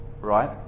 Right